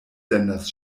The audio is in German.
senders